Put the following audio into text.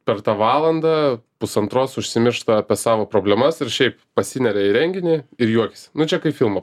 per tą valandą pusantros užsimiršta apie savo problemas ir šiaip pasineria į renginį ir juokiasi nu čia kaip filmo